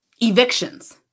evictions